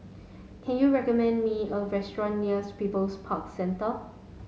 can you recommend me a restaurant nears People's Park Centre